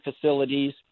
facilities